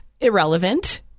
irrelevant